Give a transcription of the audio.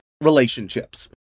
relationships